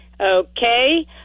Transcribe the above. Okay